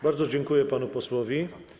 Bardzo dziękuję panu posłowi.